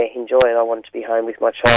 ah enjoy it i wanted to be home with my child.